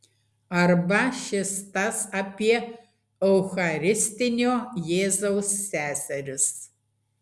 arba šis tas apie eucharistinio jėzaus seseris